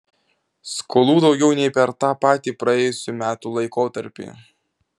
skolų daugiau nei per tą patį praėjusių metų laikotarpį